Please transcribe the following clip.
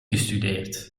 gestudeerd